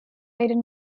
iron